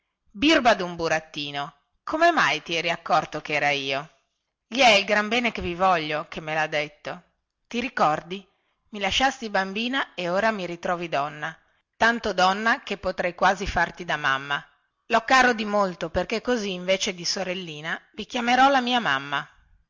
birba dun burattino come mai ti sei accorto che ero io gli è il gran bene che vi voglio quello che me lha detto ti ricordi i lasciasti bambina e ora mi ritrovi donna tanto donna che potrei quasi farti da mamma lho caro dimolto perché così invece di sorellina vi chiamerò la mia mamma